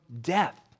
death